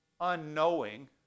unknowing